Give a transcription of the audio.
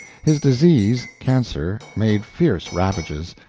his disease, cancer, made fierce ravages,